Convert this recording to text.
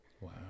Wow